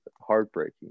heartbreaking